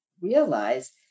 realize